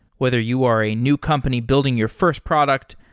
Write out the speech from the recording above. whether you are a new company building your first product,